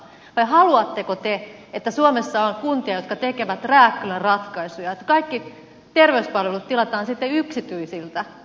vai haluatteko te että suomessa on kuntia jotka tekevät rääkkylän ratkaisuja että kaikki terveyspalvelut tilataan sitten yksityisiltä